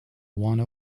one